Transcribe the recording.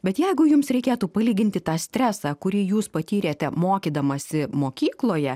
bet jeigu jums reikėtų palyginti tą stresą kurį jūs patyrėte mokydamasi mokykloje